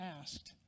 asked